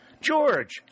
George